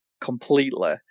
completely